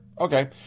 Okay